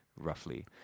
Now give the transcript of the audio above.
roughly